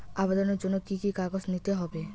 আবেদনের জন্য কি কি কাগজ নিতে হবে?